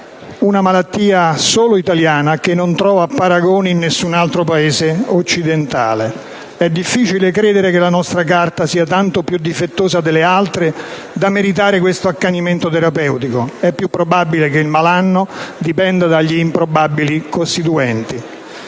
una malattia solo italiana, che non trova paragoni in nessun altro Paese occidentale. È difficile credere che la nostra Carta costituzionale sia tanto più difettosa delle altre da meritare questo accanimento terapeutico. È più probabile che il malanno dipenda dagli improbabili costituenti.